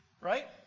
right